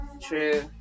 True